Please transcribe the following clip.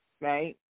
Right